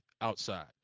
outside